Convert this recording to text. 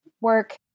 work